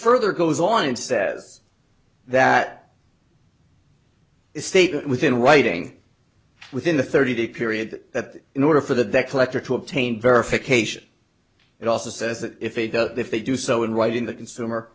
further goes on and says that state within writing within the thirty day period that in order for the debt collector to obtain verification it also says that if if they do so in writing the consumer